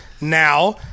now